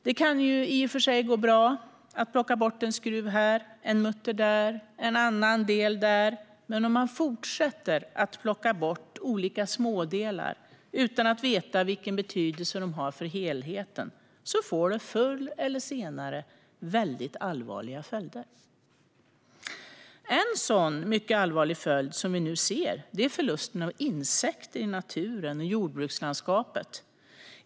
Det kan i för sig gå bra att plocka bort en skruv här, en mutter där och en annan del där, men om man fortsätter att plocka bort olika smådelar utan att veta vilken betydelse de har för helheten, så får det förr eller senare väldigt allvarliga följder. En sådan mycket allvarlig följd som vi nu ser är förlusten av insekter i naturen och i jordbrukslandskapet.